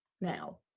now